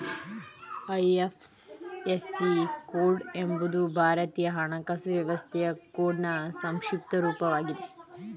IFSC code ಎಂಬುದು ಭಾರತೀಯ ಹಣಕಾಸು ವ್ಯವಸ್ಥೆಯ ಕೋಡ್ನ್ ಸಂಕ್ಷಿಪ್ತ ರೂಪವಾಗಿದೆ